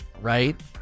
right